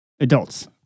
adults